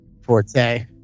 forte